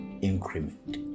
increment